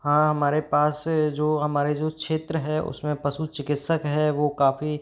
हाँ हमारे पास से जो हमारे जो क्षेत्र हैं उसमें पशु चिकित्सक हैं वो काफ़ी